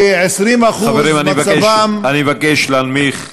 ב-20% חברים, אני מבקש להנמיך.